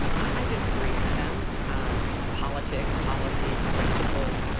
i disagreed with them on politics, policies, principles,